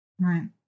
right